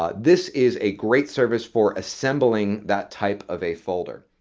ah this is a great service for assembling that type of a folder.